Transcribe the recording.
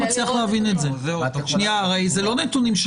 זה מה שאני מתקשה להבין לאור הנתונים.